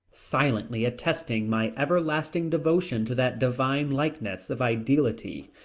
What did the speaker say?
silently attesting my everlasting devotion to that divine likeness of ideality.